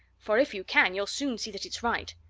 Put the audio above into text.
for if you can, you'll soon see that it's right.